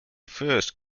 first